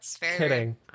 Kidding